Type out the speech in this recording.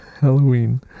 Halloween